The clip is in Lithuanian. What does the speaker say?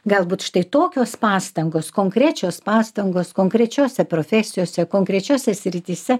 galbūt štai tokios pastangos konkrečios pastangos konkrečiose profesijose konkrečiose srityse